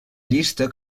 llista